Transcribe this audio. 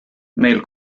meil